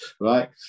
right